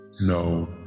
No